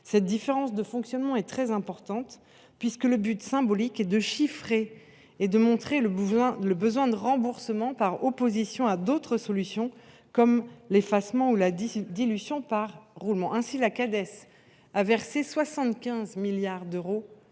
Cette différence de fonctionnement est très importante, puisque le but symbolique est de chiffrer et de montrer le besoin de remboursement, par opposition à d’autres solutions comme l’effacement ou la dilution par roulement. Ainsi, la Cades a versé 75 milliards d’euros